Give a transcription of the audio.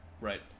Right